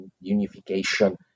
unification